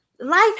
life